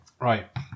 Right